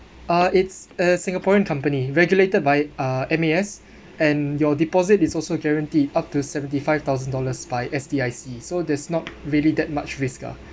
uh it's a singaporean company regulated by uh M_A_S and your deposit is also guarantee up to seventy five thousand dollars by S_D_I_C so there's not really that much risk ah